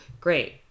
Great